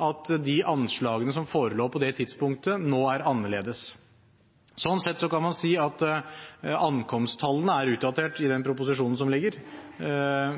at de anslagene som forelå på det tidspunktet, nå er annerledes. Sånn sett kan man si at ankomsttallene er utdatert i den proposisjonen som foreligger.